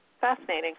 Fascinating